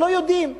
לא יודעים שאתמול,